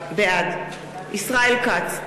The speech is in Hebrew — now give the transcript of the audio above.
בעד ישראל כץ,